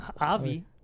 Avi